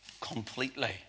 completely